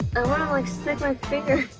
i wanna like stick my finger.